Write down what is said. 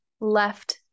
left